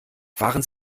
fahren